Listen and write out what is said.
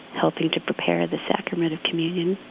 helping to prepare the sacrament of communion.